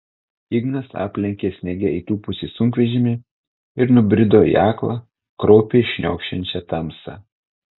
ignas aplenkė sniege įtūpusį sunkvežimį ir nubrido į aklą kraupiai šniokščiančią tamsą